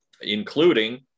including